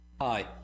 Hi